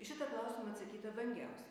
į šitą klausimą atsakyta vangiausiai